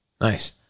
Nice